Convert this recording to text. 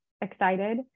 excited